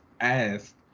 asked